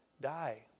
die